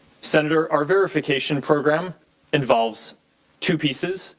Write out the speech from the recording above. senator, our verification program involves two pieces.